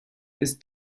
this